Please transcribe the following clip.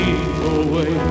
away